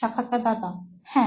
সাক্ষাৎকারদাতা হ্যাঁ